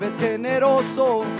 generoso